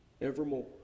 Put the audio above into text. evermore